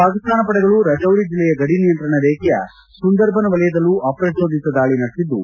ಪಾಕಿಸ್ತಾನ ಪಡೆಗಳು ರಜೌರಿ ಜಿಲ್ಲೆಯ ಗಡಿನಿಯಂತ್ರಣ ರೇಖೆಯ ಸುಂದರ್ಬನ್ ವಲಯದಲ್ಲೂ ಅಪ್ರಜೋದಿತ ದಾಳಿ ನಡೆಸಿದ್ದು